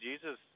jesus